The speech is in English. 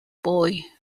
boy